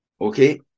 Okay